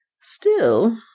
Still